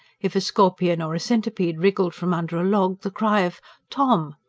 if a scorpion or a centipede wriggled from under a log, the cry of tom!